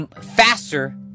faster